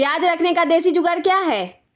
प्याज रखने का देसी जुगाड़ क्या है?